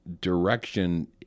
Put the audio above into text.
direction